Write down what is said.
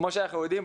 כפי שאנחנו יודעים,